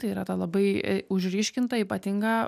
tai yra tą labai užryškintą ypatingą